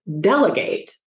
delegate